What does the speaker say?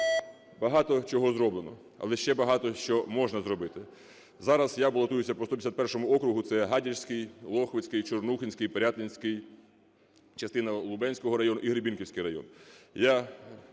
Багато чого зроблено. Але багато що можна зробити. Зараз я балотуюся по 151 округу - це Гадяцький, Лохвицький, Чорнухинський, Пирятинський, частина Лубенського району і Гребінківський район.